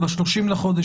וב-30 בחודש,